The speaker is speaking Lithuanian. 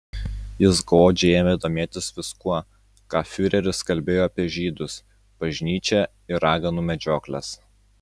jis godžiai ėmė domėtis viskuo ką fiureris kalbėjo apie žydus bažnyčią ir raganų medžiokles